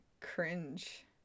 cringe